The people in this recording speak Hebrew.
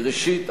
ראשית,